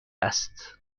است